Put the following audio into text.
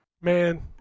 Man